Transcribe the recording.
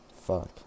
fuck